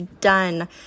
done